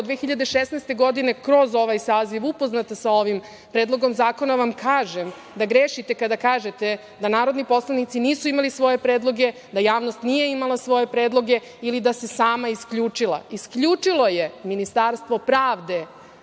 2016. godine kroz ovaj Saziv upoznata sa ovim Predlogom zakona vam kažem da grešite kada kažete da narodni poslanici nisu imali svoje predloge, da javnost nije imala svoje predloge ili da se sama isključila. Isključilo je Ministarstvo pravde,